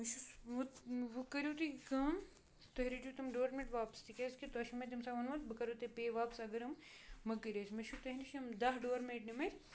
بہٕ چھُس وۄنۍ وۄنۍ کٔرِو تُہۍ کٲم تُہۍ رٔٹِو تِم ڈورمیٹ واپَس تِکیٛازِکہِ تۄہہِ چھِو مےٚ تَمہِ ساتہٕ ووٚنمُت بہٕ کَرو تۄہہِ پے واپَس اگر یِم مٔکٔرۍ ٲسۍ مےٚ چھُو تۄہہِ نِش یِم دَہ ڈورمیٹ نِمٕتۍ